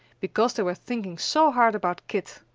because they were thinking so hard about kit.